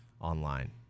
online